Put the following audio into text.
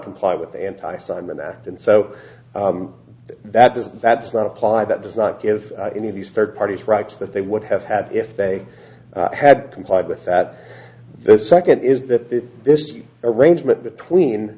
comply with the anti simon act and so that the that's not apply that does not give any of these third parties rights that they would have had if they had complied with that the second is that this arrangement between